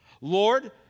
Lord